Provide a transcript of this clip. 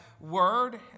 word